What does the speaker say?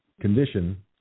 condition